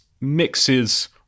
mixes